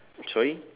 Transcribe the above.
sorry